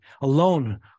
alone